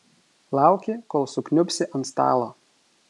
lauki kol sukniubsi ant stalo